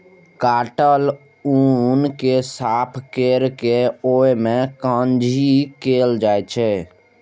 काटल ऊन कें साफ कैर के ओय मे कंघी कैल जाइ छै